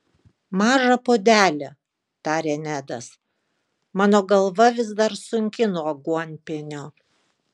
mažą puodelį tarė nedas mano galva vis dar sunki nuo aguonpienio